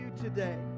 today